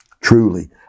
Truly